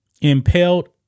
Impaled